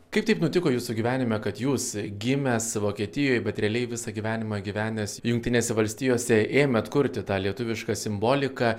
kaip taip nutiko jūsų gyvenime kad jūs gimęs vokietijoj bet realiai visą gyvenimą gyvenęs jungtinėse valstijose ėmėt kurti tą lietuvišką simboliką